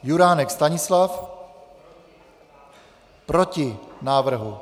Juránek Stanislav: Proti návrhu.